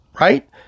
Right